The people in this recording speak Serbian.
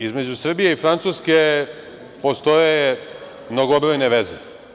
Između Srbije i Francuske postoje mnogobrojne veze.